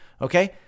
Okay